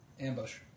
Ambush